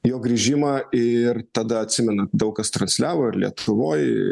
jo grįžimą ir tada atsimenu daug kas transliavo ir lietuvoje